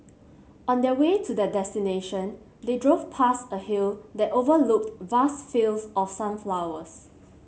on the way to their destination they drove past a hill that overlooked vast fields of sunflowers